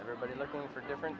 everybody's looking for different